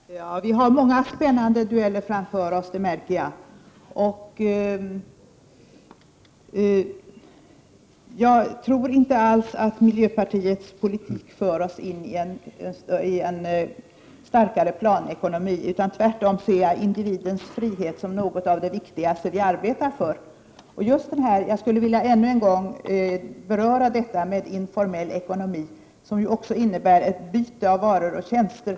Herr talman! Vi har många spännande dueller framför oss, märker jag. Jag tror inte alls att miljöpartiets politik för oss in i en starkare planekonomi, utan tvärtom ser jag individens frihet som något av det viktigaste vi arbetar för. Jag skulle ännu en gång vilja beröra detta med informell ekonomi, som ju också innefattar ett byte av varor och tjänster.